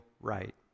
right